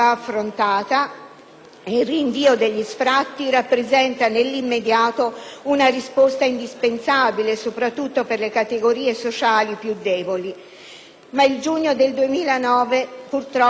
il rinvio degli sfratti rappresenta nell'immediato una risposta indispensabile soprattutto per le categorie sociali più deboli. Ma il giugno del 2009 purtroppo viene presto